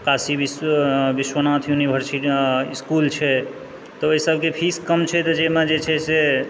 Kashi Vishwanath university school छै तऽ ओहिसभके फीस कम छै तऽ जाहिमे जे छै से